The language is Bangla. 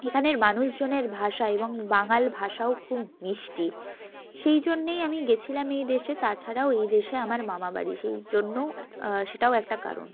এখানের মানুষজনের ভাষা এবং বাঙাল ভাষাও খুব মিষ্টি সেই জন্যেই আমি গিয়েছিলাম এই দেশে তাছাড়াও এই দেশে আমার মামা বাড়ি সেই জন্যও সেটাও একটা কারণ